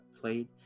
played